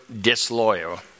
disloyal